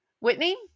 Whitney